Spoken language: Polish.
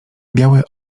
biały